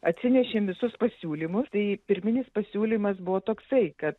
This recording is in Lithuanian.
atsinešėm visus pasiūlymus tai pirminis pasiūlymas buvo toksai kad